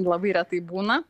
labai retai būna